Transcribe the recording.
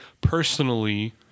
personally